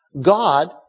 God